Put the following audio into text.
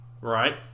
Right